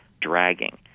dragging